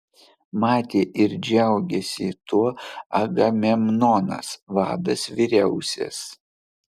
matė ir džiaugėsi tuo agamemnonas vadas vyriausias